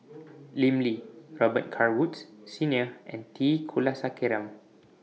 Lim Lee Robet Carr Woods Senior and T Kulasekaram